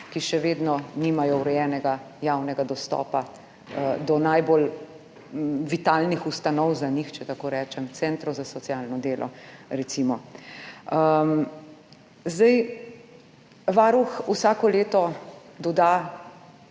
ki še vedno nimajo urejenega javnega dostopa do najbolj vitalnih ustanov za njih, če tako rečem, centrov za socialno delo, recimo. Varuh vsako leto doda